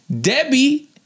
Debbie